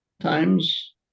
times